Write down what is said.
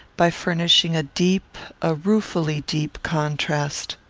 by furnishing a deep, a ruefully-deep, contrast.